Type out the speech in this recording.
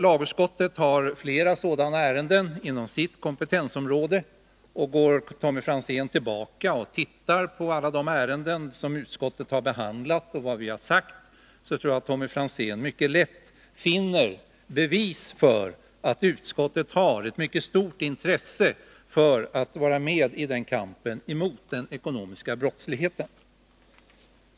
Lagutskottet har flera sådana ärenden inom sitt kompetensområde, och går Tommy Franzén tillbaka och tittar på alla de ärenden som utskottet har behandlat och vad vi har sagt, tror jag att han mycket lätt finner bevis för att utskottet har ett mycket stort intresse för att vara med i kampen mot det slaget av brottslighet.